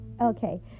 Okay